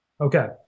Okay